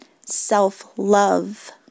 self-love